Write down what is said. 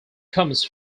comes